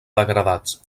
degradats